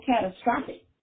catastrophic